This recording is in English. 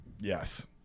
Yes